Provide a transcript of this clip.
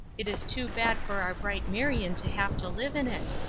it is too bad for our bright marion to have to live in it,